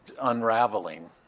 unraveling